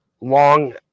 long